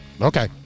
Okay